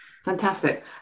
Fantastic